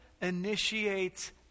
initiates